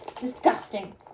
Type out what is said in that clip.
Disgusting